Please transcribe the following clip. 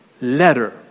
letter